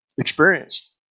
experienced